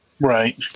Right